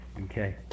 Okay